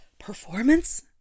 performance